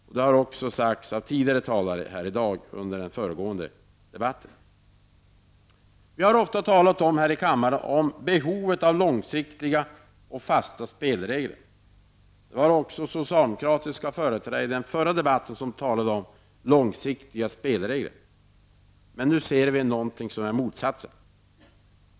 Detta har även sagts av tidigare talare här i dag under den föregående debatten. Vi har ofta här i kammaren talat om behovet av långsiktiga och fasta spelregler -- även den socialdemokratiske företrädaren talade i den föregående debatten om långsiktiga spelregler -- men nu ser vi något som är motsatsen.